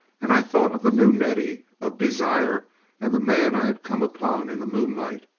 and i thought of the new nettie of desire and the man i had come upon in the moonlight,